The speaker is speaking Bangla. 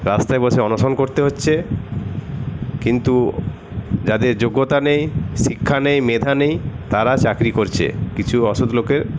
রাস্তায় বসে অনশন করতে হচ্ছে কিন্তু যাদের যোগ্যতা নেই শিক্ষা নেই মেধা নেই তারা চাকরি করছে কিছু অসৎ লোকের